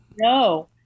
No